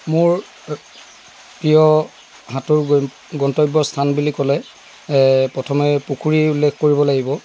মোৰ প্ৰিয় সাঁতোৰ গন্তব্যস্থান বুলি ক'লে প্ৰথমে পুখুৰী উল্লেখ কৰিব লাগিব